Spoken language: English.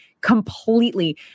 completely